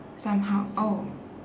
somehow oh